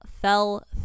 fell